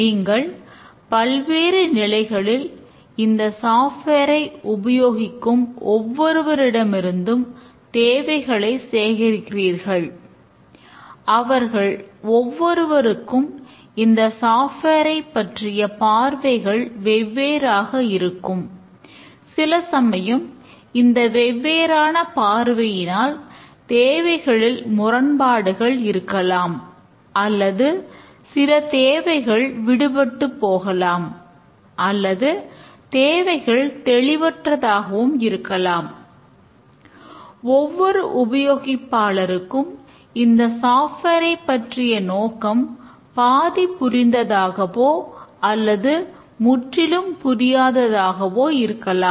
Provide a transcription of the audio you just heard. நீங்கள் பல்வேறு நிலைகளில் இந்த சாஃப்ட்வேரை பற்றிய நோக்கம் பாதி புரிந்ததாகவோ அல்லது முற்றிலும் புதியததாகவோ இருக்கலாம்